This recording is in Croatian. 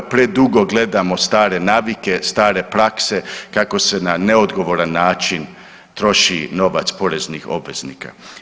Predugo gledamo stare navike, stare prakse kako se na neodgovoran način troši novac poreznih obveznika.